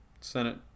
Senate